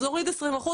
אז נוריד 20%,